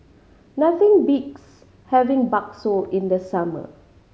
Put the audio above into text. nothing beats having bakso in the summer